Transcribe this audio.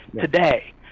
today